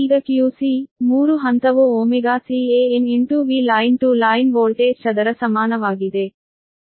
ಈಗ qc3 ಹಂತವು ωCan Vline to line voltage ಚದರ ಬಲಕ್ಕೆ ಸಮಾನವಾಗಿದೆ